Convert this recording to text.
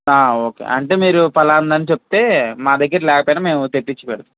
ఆ ఓకే అంటే మీరు ఫలానా అది అని చెప్తే మా దగ్గర లేకపోయినా మేం తెప్పించి పెడతాం